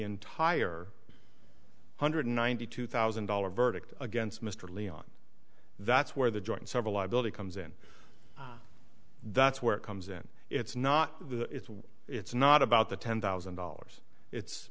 entire hundred ninety two thousand dollars verdict against mr leon that's where the joint several liability comes in that's where it comes in it's not the it's not about the ten thousand dollars it's